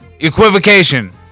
Equivocation